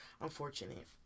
unfortunate